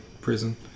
prison